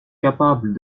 capable